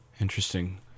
interesting